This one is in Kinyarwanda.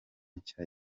nshya